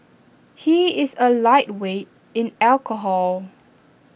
he is A lightweight in alcohol